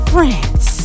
France